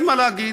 אין מה להגיד,